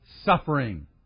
Suffering